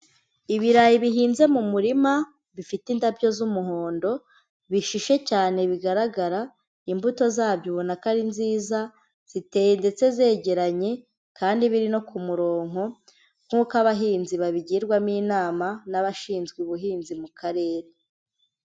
Ibirayi bihinze mu murima bifite indabyo z'umuhondo bishishe cyane bigaragara imbuto zabyo ubona ko ari nziza ziteye ndetse zegeranye kandi biri no ku muronko nk'uko abahinzi babigirwamo inama n'abashinzwe ubuhinzi mu karere.